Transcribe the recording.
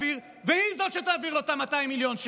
גביר והיא זו שתעביר לו את 200 המיליון.